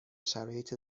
شرایط